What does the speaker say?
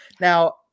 now